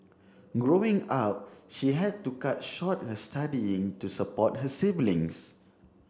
growing up she had to cut short her studying to support her siblings